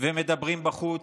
ומדברים בחוץ,